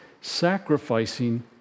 sacrificing